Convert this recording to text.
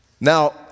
Now